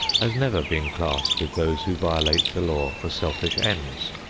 has never been classed with those who violate the law for selfish ends.